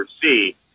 see